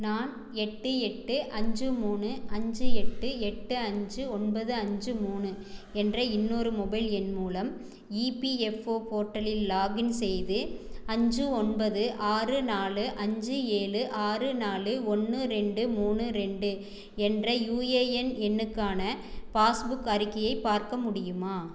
நான் எட்டு எட்டு அஞ்சு மூணு அஞ்சு எட்டு எட்டு அஞ்சு ஒன்பது அஞ்சு மூணு என்ற இன்னொரு மொபைல் எண் மூலம் இபிஎஃப்ஓ போர்ட்டலில் லாகின் செய்து அஞ்சு ஒன்பது ஆறு நாலு அஞ்சு ஏழு ஆறு நாலு ஒன்று ரெண்டு மூணு ரெண்டு என்ற யுஏஎன் எண்ணுக்கான பாஸ்புக் அறிக்கையை பார்க்க முடியுமா